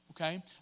okay